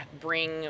bring